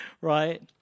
Right